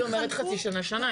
היא אומרת חצי שנה, שנה.